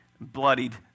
bloodied